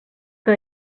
que